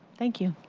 thank you.